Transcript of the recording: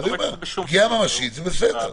אז אני אומר, פגיעה ממשית זה בסדר.